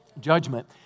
judgment